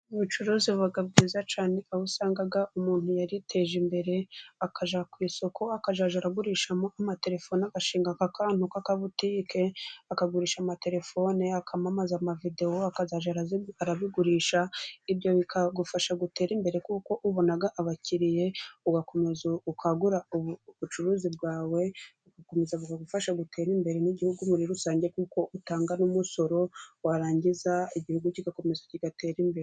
Ubucuruzi buba bwiza cyane, aho usanga umuntu yariteje imbere. Akajya ku isoko, akazajya agurishamo amatelefoni. Agashinga akantu k'akabutike akagurisha amatelefone, akamamaza amavideo akazajya abigurisha. Ibyo bikagufasha gutera imbere, kuko ubonaga abakiriya. Ugakomeza ukangura ubucuruzi bwawe. Bigakomeza kugufasha gutere imbere, n'igihugu muri rusange, kuko utanga n'umusoro warangiza igihugu kigakomeza kigatera imbere.